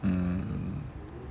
mm